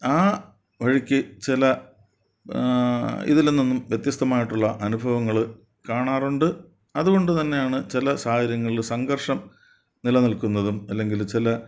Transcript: ആ വഴിക്കു ചില ഇതിൽനിന്നും വ്യത്യസ്തമായിട്ടുള്ള അനുഭവങ്ങൾ കാണാറുണ്ട് അതുകൊണ്ടുതന്നെയാണ് ചില സാഹചര്യങ്ങളിൽ സംഘർഷം നിലനിൽക്കുന്നതും അല്ലെങ്കിൽ ചില